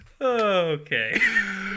Okay